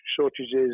shortages